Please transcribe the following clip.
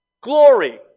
Glory